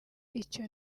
icyo